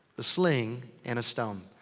the sling and a stone.